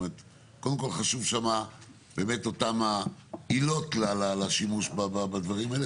קודם כל חשוב שם באמת אותן העילות לשימוש בדברים האלה,